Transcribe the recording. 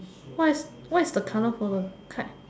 what is what is the colour for the kite